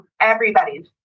everybody's